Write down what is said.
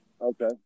Okay